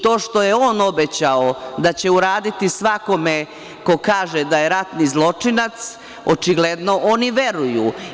To što je on obećao da će uraditi svakome ko kaže da je ratni zločinac, očigledno oni veruju.